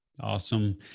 Awesome